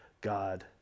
God